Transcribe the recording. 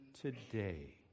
today